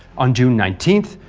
on june nineteen,